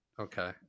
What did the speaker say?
Okay